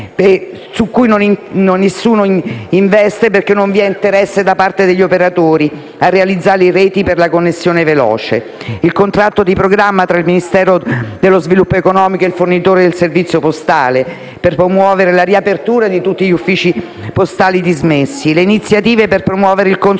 su cui nessuno investe perché non vi è interesse da parte degli operatori a realizzare reti per la connessione veloce, il contratto di programma tra il Ministero dello sviluppo economico ed il fornitore del servizio postale per promuovere la riapertura di tutti gli uffici postali dismessi, le iniziative per promuovere il consumo e